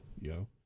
Yo